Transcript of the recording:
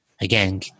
again